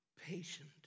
patient